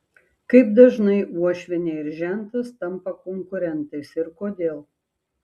kaip dažnai uošvienė ir žentas tampa konkurentais ir kodėl